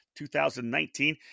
2019